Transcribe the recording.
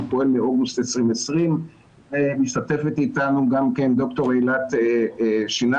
הוא פועל מאוגוסט 2020. משתתפת איתנו גם כן ד"ר אילת שנער,